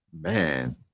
Man